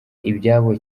ibyabo